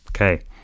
okay